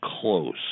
close